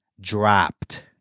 dropped